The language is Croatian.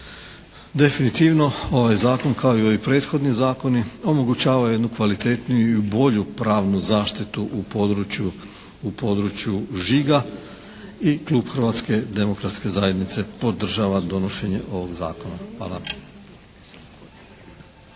Definitivno ovaj zakon kao i ovi prethodni zakoni omogućava jednu kvalitetniju i bolju pravnu zaštitu u području žiga i Klub Hrvatske demokratske zajednice podržava donošenje ovog zakona. Hvala.